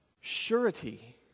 surety